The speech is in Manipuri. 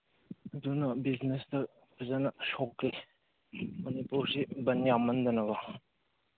ꯑꯗꯨꯅ ꯕꯤꯖꯤꯅꯦꯁꯇ ꯐꯖꯅ ꯁꯣꯛꯏ ꯃꯅꯤꯄꯨꯔꯁꯤ ꯕꯟ ꯌꯥꯝꯃꯟꯗꯅꯀꯣ